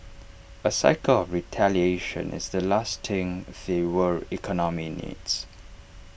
A cycle of retaliation is the last thing the world economy needs